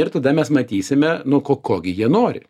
ir tada mes matysime nu ko gi jie nori